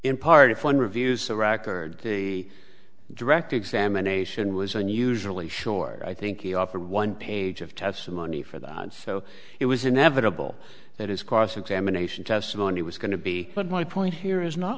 in part if one reviews the rocker day direct examination was unusually short i think he offered one page of testimony for that so it was inevitable that his cross examination testimony was going to be but my point here is not